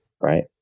Right